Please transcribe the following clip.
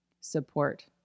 support